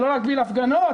על לא להגביל הפגנות,